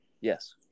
yes